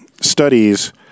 studies